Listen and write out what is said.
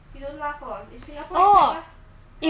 M_B_S is not even nice it is a old hotel